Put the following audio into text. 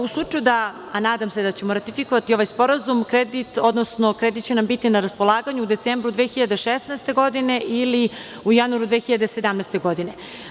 U slučaju da, a nadam se da ćemo ratifikovati ovaj sporazum, kredit će nam biti na raspolaganju u decembru 2016. godine ili u januaru 2017. godine.